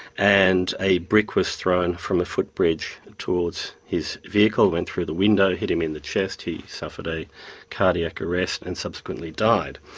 and a brick was thrown from a footbridge towards his vehicle. it went through the window, hit him in the chest, he suffered a cardiac arrest and subsequently died.